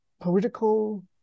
political